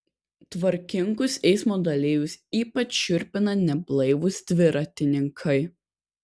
tvarkingus eismo dalyvius ypač šiurpina neblaivūs dviratininkai